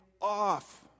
off